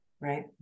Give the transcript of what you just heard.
right